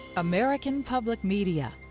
american public media,